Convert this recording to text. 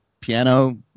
piano